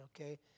okay